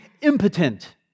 impotent